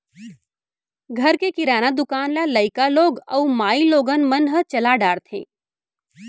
घर के किराना दुकान ल लइका लोग अउ माइलोगन मन ह चला डारथें